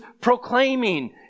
proclaiming